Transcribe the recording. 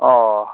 ꯑꯣ